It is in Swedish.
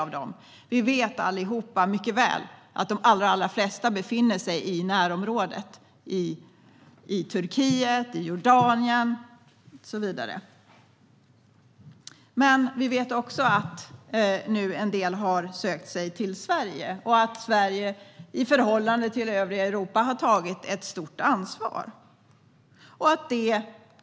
Vi vet alla mycket väl att de allra flesta befinner sig i närområdet, i Turkiet, Jordanien och så vidare. Men vi vet också att en del av dem har sökt sig till Sverige och att Sverige i förhållande till övriga Europa har tagit ett stort ansvar.